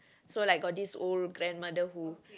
so like got this old grandmother who